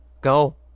Go